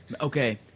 Okay